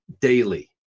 daily